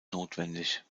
notwendig